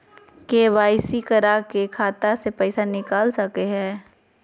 KYC करा के खाता से पैसा निकल सके हय?